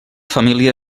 família